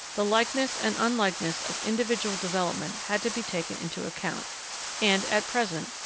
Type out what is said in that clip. the likeness and unlikeness of individual development had to be taken into account and, at present,